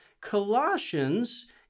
Colossians